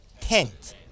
tent